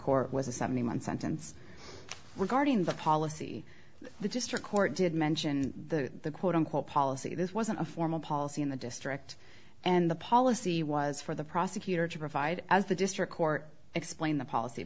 court was a seventy month sentence were guarding the policy the district court did mention the quote unquote policy this wasn't a formal policy in the district and the policy was for the prosecutor to provide as the district court explain the policy